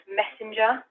messenger